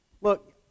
Look